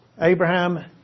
Abraham